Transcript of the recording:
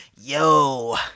Yo